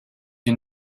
you